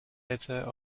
letter